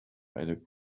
eine